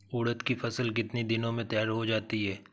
उड़द की फसल कितनी दिनों में तैयार हो जाती है?